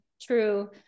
true